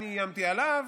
אני איימתי עליו,